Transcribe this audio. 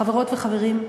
חברות וחברים,